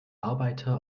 arbeiter